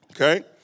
okay